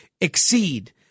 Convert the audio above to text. exceed